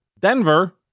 Denver